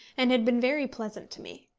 and had been very pleasant to me.